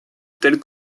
telle